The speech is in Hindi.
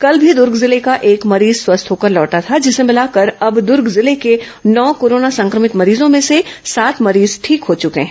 कल भी दुर्ग जिले का एक मरीज स्वस्थ होकर लौटा था जिसे मिलाकर अब दुर्ग जिले के नौ कोरोना संक्रमित मरीजों में से सात मरीज ठीक हो चुके हैं